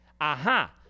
Aha